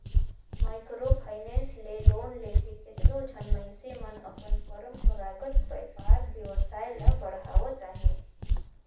micro finance ले loan लेके केतनो झन मइनसे मन अपन परंपरागत बयपार बेवसाय ल बढ़ावत अहें